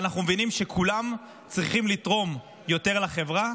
ואנחנו מבינים שכולם צריכים לתרום יותר לחברה,